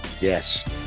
Yes